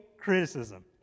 criticism